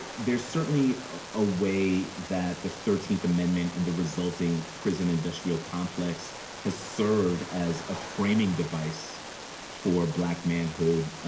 there's certainly a way that the thirteenth amendment and the resulting prison-industrial complex has served as a framing device for black manhood,